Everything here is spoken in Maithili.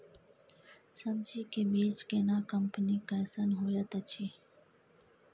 सब्जी के बीज केना कंपनी कैसन होयत अछि?